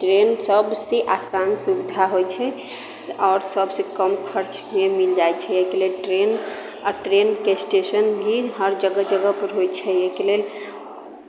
train सभसँ आसान सुविधा होइत छै आओर सभसँ कम खर्चमे मिल जाइत छै एहिके लेल ट्रेन आओर ट्रेनके स्टेशन भी हर जगह जगहपर होइत छै एहिके लेल